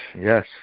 Yes